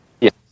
Yes